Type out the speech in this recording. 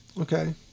Okay